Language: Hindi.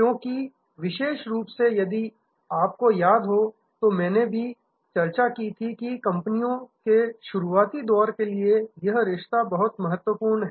क्योंकि विशेष रूप से यदि आपको याद हो तो मैंने भी चर्चा की थी कि कंपनियों के शुरुआती दौर के लिए यह रिश्ता बहुत महत्वपूर्ण है